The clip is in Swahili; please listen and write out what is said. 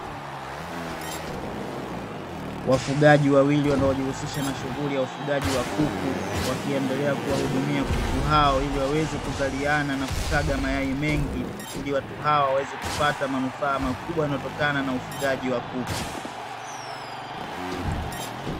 Wafugaji wawili wanaojihusisha na shughuli ya ufugaji wa kuku, wakiendelea kuwahudumia kuku hao ili waweze kuzaliana na kutaga mayai mengi. Ili watu hao waweze kupata manufaa makubwa yanayotokana na ufugaji wa kuku.